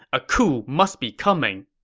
a coup must be coming.